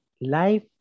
Life